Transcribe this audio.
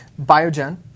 Biogen